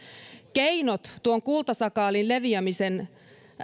keinot tuon kultasakaalin leviämisen